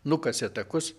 nukasė takus